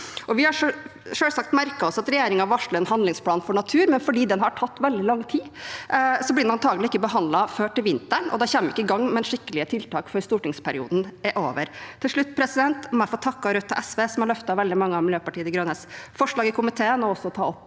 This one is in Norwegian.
Vi har selvsagt merket oss at regjeringen varsler en handlingsplan for natur, men siden den har tatt veldig lang tid, blir den antakelig ikke behandlet før til vinteren, og da kommer vi ikke i gang med skikkelige tiltak før stortingsperioden er over. Til slutt må jeg få takke Rødt og SV som har løftet veldig mange av Miljøpartiet De Grønnes forslag i komiteen, og jeg vil også ta opp